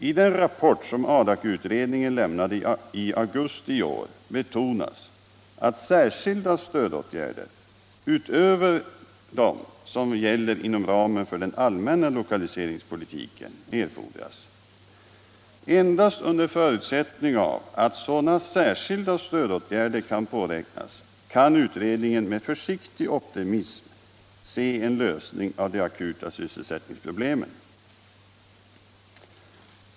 I den rapport som Adakutredningen lämnade i augusti i år betonas att särskilda stödåtgärder, utöver dem som vidtas inom ramen för den allmänna lokaliseringspolitiken, erfordras. Endast under förutsättning att sådana särskilda stödåtgärder kan påräknas kan utredningen med försiktig optimism se en lösning av de akuta sysselsättningsproblemen.